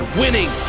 winning